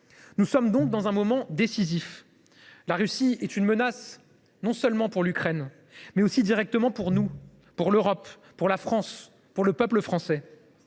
Nous sommes donc dans un moment décisif. La Russie est une menace, non seulement pour l’Ukraine, mais aussi, directement, pour nous : pour l’Europe, pour la France et pour le peuple français.